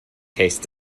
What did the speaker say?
tastes